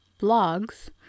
blogs